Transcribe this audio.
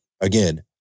again